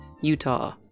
Utah